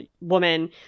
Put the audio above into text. woman